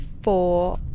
Four